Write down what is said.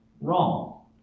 wrong